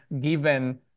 given